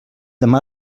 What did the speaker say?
demà